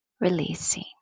releasing